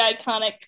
iconic